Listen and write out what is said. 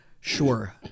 Sure